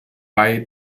bei